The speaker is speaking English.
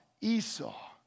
Esau